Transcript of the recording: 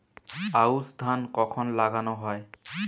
আউশ ধান কখন লাগানো হয়?